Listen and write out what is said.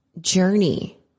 journey